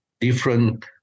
different